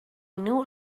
knew